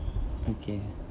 okay